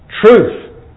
truth